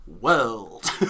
world